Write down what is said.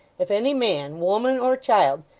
if any man, woman, or child,